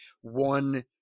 one –